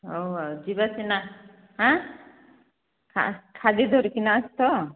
ହଉ ଆଉ ଯିବା ସିନା ଖାଦି ଧରିକିନା ଆସ ତ